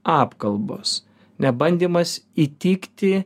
apkalbos nebandymas įtikti